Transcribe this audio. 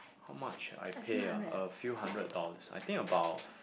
how much I pay ah a few hundred dollars I think about